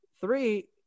Three